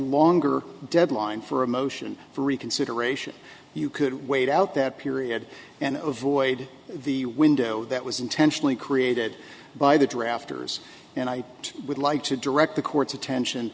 longer deadline for a motion for reconsideration you could wait out that period and avoid the window that was intentionally created by the drafters and i would like to direct the court's attention